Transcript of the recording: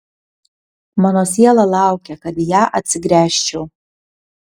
mano siela laukia kad į ją atsigręžčiau